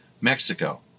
mexico